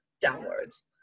downwards